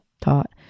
taught